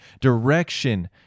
direction